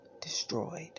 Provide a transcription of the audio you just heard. destroyed